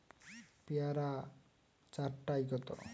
পেয়ারা চার টায় কত?